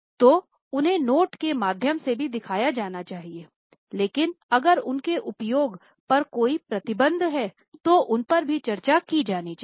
तो उन्हें नोट के माध्यम से भी दिखाया जाना चाहिए लेकिन अगर उनके उपयोग पर कोई प्रतिबंध है तो उन पर भी चर्चा की जानी चाहिए